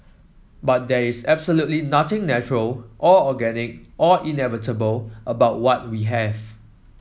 but there is absolutely nothing natural or organic or inevitable about what we have